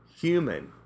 human